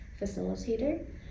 facilitator